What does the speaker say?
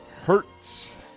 Hurts